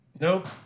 Nope